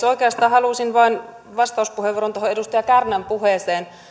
oikeastaan halusin vain vastauspuheenvuoron tuohon edustaja kärnän puheeseen